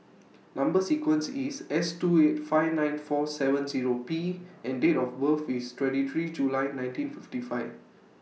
Number sequence IS S two eight five nine four seven Zero P and Date of birth IS twenty three July nineteen fifty five